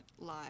live